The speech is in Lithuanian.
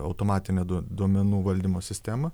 automatinę duo duomenų valdymo sistemą